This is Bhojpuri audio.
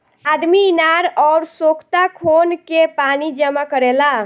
आदमी इनार अउर सोख्ता खोन के पानी जमा करेला